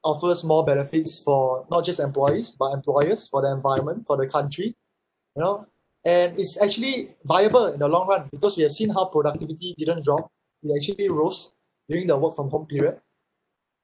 offers more benefits for not just employees but employers for the environment for the country you know and it's actually viable in the long run because we have seen how productivity didn't drop it actually rose during the work from home period